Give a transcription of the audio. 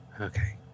Okay